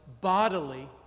bodily